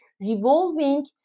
revolving